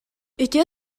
үтүө